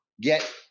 get